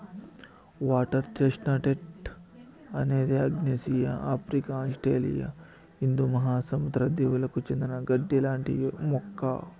water chestnut అనేది ఆగ్నేయాసియా, Africa, Australia హిందూ మహాసముద్ర దీవులకు చెందిన గడ్డి లాంటి మొక్క